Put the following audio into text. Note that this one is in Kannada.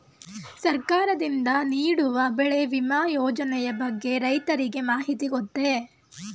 ಸರ್ಕಾರದಿಂದ ನೀಡುವ ಬೆಳೆ ವಿಮಾ ಯೋಜನೆಯ ಬಗ್ಗೆ ರೈತರಿಗೆ ಮಾಹಿತಿ ಗೊತ್ತೇ?